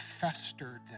festered